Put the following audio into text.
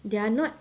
there are not